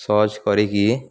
search କରିକି